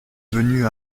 venu